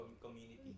community